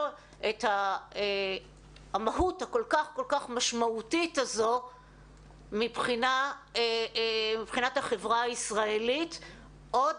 את המהות הכול כך משמעותית הזו מבחינת החברה הישראלית עוד